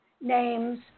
Names